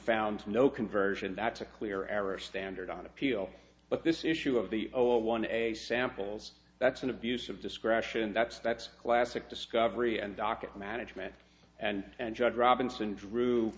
found no conversion that's a clear error standard on appeal but this issue of the old one a samples that's an abuse of discretion that's that's classic discovery and docket management and judge robinson drew